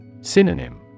Synonym